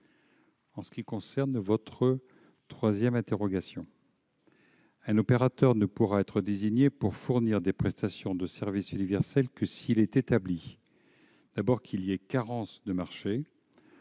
En ce qui concerne la troisième question, un opérateur ne pourra être désigné pour fournir des prestations de service universel que s'il est établi, d'abord, qu'il existe une carence de marché,